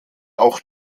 auch